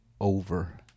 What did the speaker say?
over